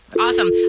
Awesome